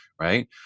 Right